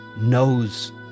knows